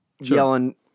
yelling